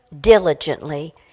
diligently